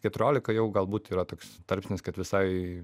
keturiolika jau galbūt yra toks tarpsnis kad visai